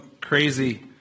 crazy